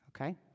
okay